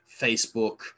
Facebook